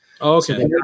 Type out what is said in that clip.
okay